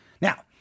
Now